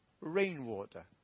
rainwater